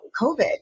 COVID